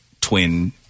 twin